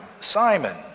Simon